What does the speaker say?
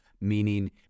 meaning